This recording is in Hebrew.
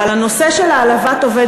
אבל הנושא של העלבת עובד